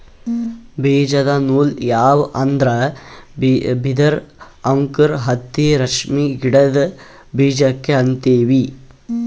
ಬೀಜದ ನೂಲ್ ಯಾವ್ ಅಂದ್ರ ಬಿದಿರ್ ಅಂಕುರ್ ಹತ್ತಿ ರೇಷ್ಮಿ ಗಿಡದ್ ಬೀಜಕ್ಕೆ ಅಂತೀವಿ